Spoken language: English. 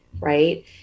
right